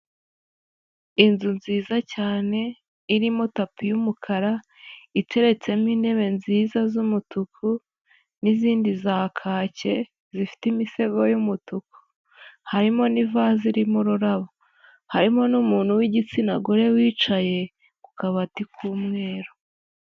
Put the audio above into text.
Inzu nziza cyane irimo tapi y'umukara, iteretsemo intebe nziza z'umutuku n'izindi za kake zifite imisego y'umutuku, harimo n'ivaze irimo ururabo, harimo n'umuntu w'igitsina gore wicaye, ku kabati k'umweru.